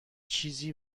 چیزی